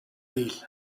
değil